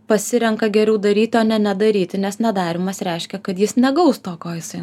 pasirenka geriau daryt o ne nedaryti nes nedarymas reiškia kad jis negaus to ko jisai